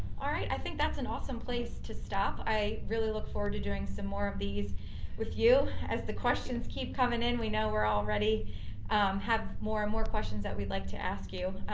all right i think that's an awesome place to stop. i really look forward to doing some more of these with you as the questions keep coming in, we know we're already have more and more questions that we'd like to ask you.